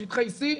בשטחי C,